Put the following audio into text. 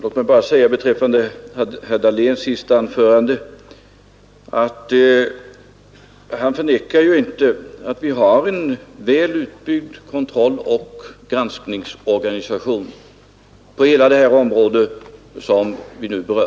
Herr talman! I sitt senaste anförande förnekade herr Dahlén inte att vi har en väl utbyggd kontrolloch granskningsorganisation på hela det område som vi nu behandlar.